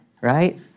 Right